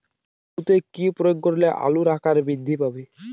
আলুতে কি প্রয়োগ করলে আলুর আকার বৃদ্ধি পাবে?